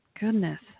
goodness